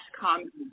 comments